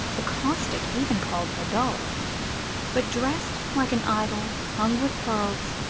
the caustic even called her dull but dressed like an idol, hung with pearls,